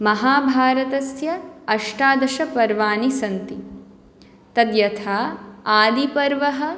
महाभारतस्य अष्टादशपर्वानि सन्ति तद् यथा आदिपर्वः